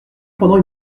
pendant